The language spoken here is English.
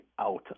out